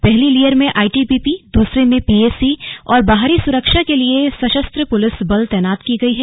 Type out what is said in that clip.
पहली लेयर में आईटीबीपी दूसरे में पीएसी और बाहरी सुरक्षा के लिए सशस्त्र पुलिस बल तैनात की गई है